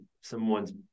someone's